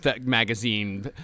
magazine